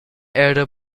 era